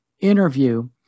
interview